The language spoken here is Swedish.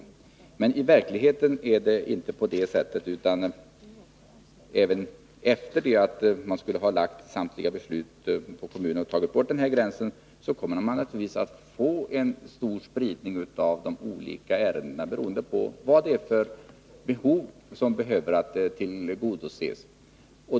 Men i verkligheten är det inte på det sättet. Även efter det att man tagit bort gränsen och lagt samtliga beslut på kommunerna skulle man naturligtvis få en stor spridning av utfallet, beroende på vad det är för behov som behöver tillgodoses.